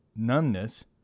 numbness